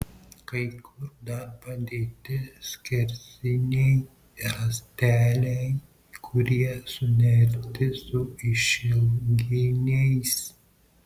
kai kur dar padėti skersiniai rąsteliai kurie sunerti su išilginiais